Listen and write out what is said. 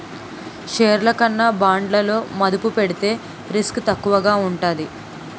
షేర్లు కన్నా బాండ్లలో మదుపు పెడితే రిస్క్ తక్కువగా ఉంటాది